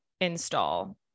install